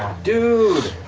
dude!